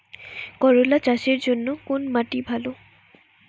করলা চাষের জন্য কোন মাটি ভালো?